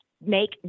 make